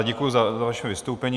Děkuji za vaše vystoupení.